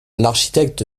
l’architecte